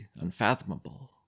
unfathomable